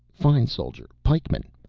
fine soldier, pikeman,